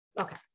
Okay